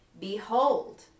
behold